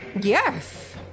Yes